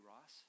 Ross